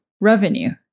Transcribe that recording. revenue